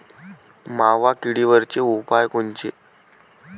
मावा किडीवरचे उपाव कोनचे?